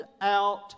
out